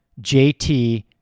JT